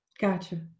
Gotcha